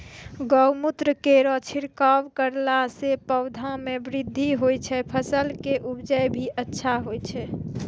गौमूत्र केरो छिड़काव करला से पौधा मे बृद्धि होय छै फसल के उपजे भी अच्छा होय छै?